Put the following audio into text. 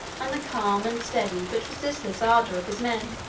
and the calm and steady, but resistless ardor of his men,